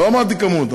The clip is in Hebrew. לא אמרתי כמות.